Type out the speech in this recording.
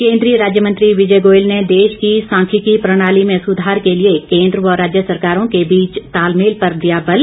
केंद्रीय राज्य मंत्री विजय गोयल ने देश की सांख्यिकी प्रणाली में सुधार के लिए केंद्र व राज्य सरकारों के बीच तालमेल पर दिया बल